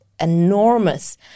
enormous